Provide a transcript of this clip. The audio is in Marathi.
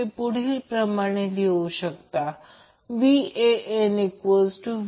तर पुढील एक t 120o असेल ते आधीच्या थ्री फेज सिस्टम सारखे समजण्यासारखे आहे